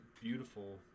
beautiful